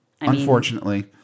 Unfortunately